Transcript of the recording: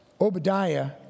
Obadiah